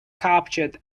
captured